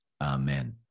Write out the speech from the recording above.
Amen